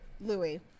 louis